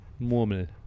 Murmel